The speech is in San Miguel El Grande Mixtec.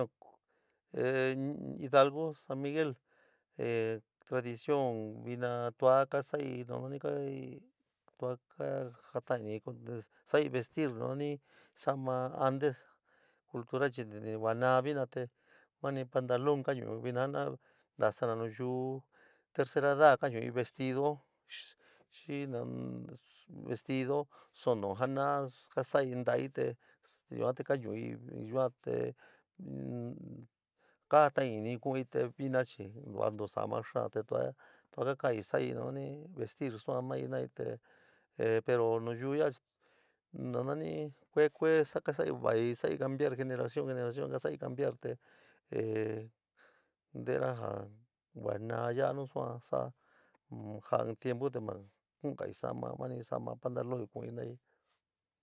hidalgú san miguel tradición vina tuá ka sa'í nu ni tuá ja jatain'í sa'í vestir sa'ama antes cultura chi kua naá vina mani pantalón ka ñuií vina jina'ayo ntasaá nayu tercera eda ka ñuuí vestido xi nan vestido su'unu ja na kasaí ntai te yuan te ka ñu'í yuan te ka jata'in inií kuun'i te vina chi kuan ntasama xaán te tua tua ka kaan'i sai vestir suan mai jinaí te pero nayu yaa chi nanani kué kué saka sa'í sa'í cambiar generación generación na saí cambiar te te nteéna ja kua naá yaa nu suan sa'a jaa in tiempu te ma kuungaíi sama mani sa'ama pantalon kuun'i jinaí.